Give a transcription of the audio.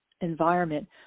environment